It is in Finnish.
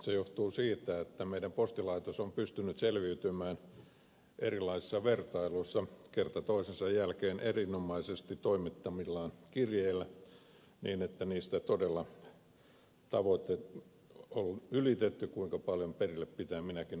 se johtuu siitä että meidän postilaitoksemme on pystynyt selviytymään erilaisissa vertailuissa kerta toisensa jälkeen erinomaisesti toimittamillaan kirjeillä niin että todella tavoite on ylitetty kuinka paljon kirjeitä perille pitää minäkin aikana saada